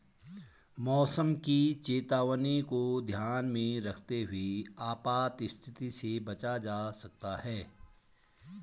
मौसम की चेतावनी को ध्यान में रखते हुए आपात स्थिति से बचा जा सकता है